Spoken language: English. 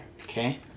Okay